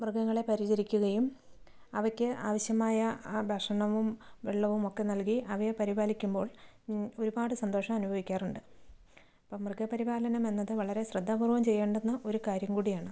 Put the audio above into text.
മൃഗങ്ങളെ പരിചരിക്കുകയും അവയ്ക്ക് ആവിശ്യമായ ആ ഭക്ഷണവും വെള്ളവുമൊക്കെ നൽകി അവയെ പരിപാലിക്കുമ്പോൾ ഒരുപാട് സന്തോഷം അനുഭവിക്കാറുണ്ട് അപ്പം മൃഗപരിപാലനം എന്നത് വളരെ ശ്രദ്ധാപൂർവം ചെയ്യേണ്ടുന്ന ഒര് കാര്യം കൂടിയാണ്